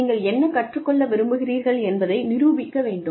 நீங்கள் என்ன கற்றுக் கொள்ள விரும்புகிறீர்கள் என்பதை நிரூபிக்க வேண்டும்